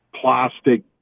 plastic